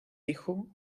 hijo